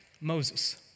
Moses